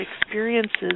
experiences